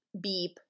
beep